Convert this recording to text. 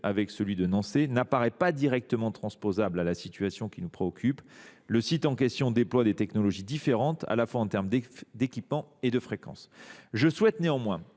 avec celui de Nançay, n’apparaît pas directement transposable à la situation qui nous préoccupe : le site en question déploie des technologies différentes en termes tant d’équipements que de fréquences. Je souhaite néanmoins